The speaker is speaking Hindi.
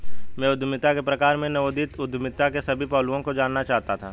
मैं उद्यमिता के प्रकार में नवोदित उद्यमिता के सभी पहलुओं को जानना चाहता था